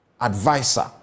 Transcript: Advisor